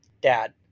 Dad